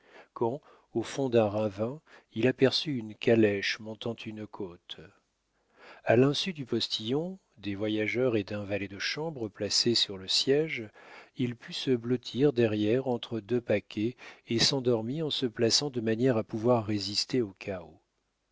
quand au fond d'un ravin il aperçut une calèche montant une côte a l'insu du postillon des voyageurs et d'un valet de chambre placé sur le siége il put se blottir derrière entre deux paquets et s'endormit en se plaçant de manière à pouvoir résister aux cahots